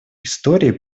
истории